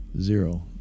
zero